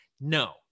No